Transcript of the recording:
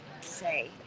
say